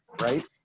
Right